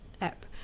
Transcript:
app